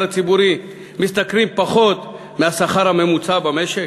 הציבורי משתכרים פחות מהשכר הממוצע במשק?